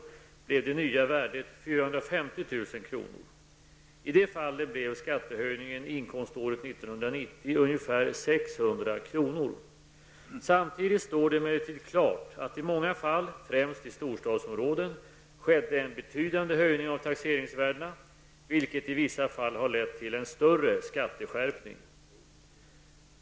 450 000 kr. I det fallet blev skattehöjningen inkomståret 1990 ungefär 600 kr. Samtidigt står det emellertid klart att i många fall, främst i storstadsområden, skedde en betydande höjning av taxeringsvärdena, vilket i vissa fall har lett till en större skatteskärpning.